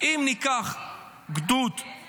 אם ניקח גדוד ------ ואם